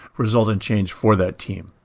result in change for that team.